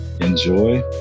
enjoy